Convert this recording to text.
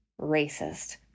racist